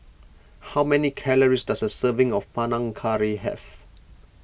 how many calories does a serving of Panang Curry have